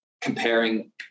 comparing